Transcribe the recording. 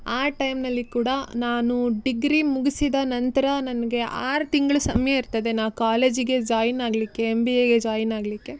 ಆ ಟೈಮಿನಲ್ಲಿ ಕೂಡ ನಾನು ಡಿಗ್ರಿ ಮುಗಿಸಿದ ನಂತರ ನನಗೆ ಆರು ತಿಂಗ್ಳು ಸಮಯ ಇರ್ತದೆ ನಾವು ಕಾಲೇಜಿಗೆ ಜ್ವಾಯಿನ್ ಆಗಲಿಕ್ಕೆ ಎಮ್ ಬಿ ಎಗೆ ಜ್ವಾಯಿನ್ ಆಗಲಿಕ್ಕೆ